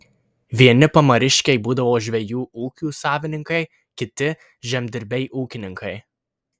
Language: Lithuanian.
vieni pamariškiai būdavo žvejų ūkių savininkai kiti žemdirbiai ūkininkai